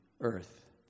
earth